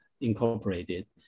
Incorporated